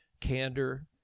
candor